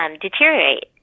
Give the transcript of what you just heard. deteriorate